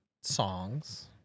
songs